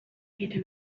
egiten